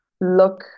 look